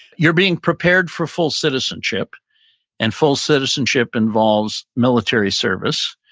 you're being prepared for full citizenship and full citizenship involves military service,